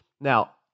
now